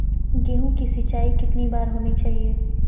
गेहु की सिंचाई कितनी बार होनी चाहिए?